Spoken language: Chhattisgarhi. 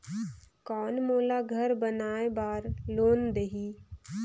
कौन मोला घर बनाय बार लोन देही?